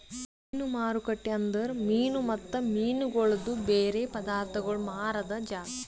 ಮೀನು ಮಾರುಕಟ್ಟೆ ಅಂದುರ್ ಮೀನು ಮತ್ತ ಮೀನಗೊಳ್ದು ಬೇರೆ ಪದಾರ್ಥಗೋಳ್ ಮಾರಾದ್ ಜಾಗ